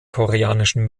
koreanischen